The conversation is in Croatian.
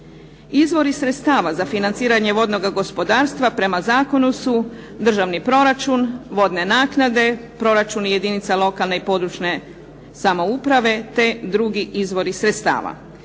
Izvori sredstava za financiranje vodnoga gospodarstva prema Zakonu su državni proračun, vodne naknade, proračun jedinica lokalne i područne samouprave te drugi izvori sredstava.